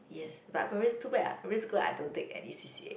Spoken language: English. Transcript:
yes but primary too bad ah primary school I don't take any C_c_A